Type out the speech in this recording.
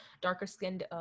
darker-skinned